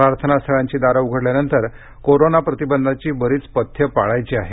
प्रार्थनास्थळांची दारं उघडल्यानंतर कोरोना प्रतिबंधाची बरीच पथ्यं पाळायची आहेत